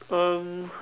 um